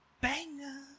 banger